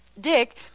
Dick